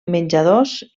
menjadors